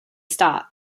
start